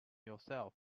yourself